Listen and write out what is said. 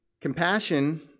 Compassion